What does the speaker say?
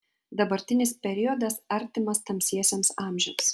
dabartinis periodas artimas tamsiesiems amžiams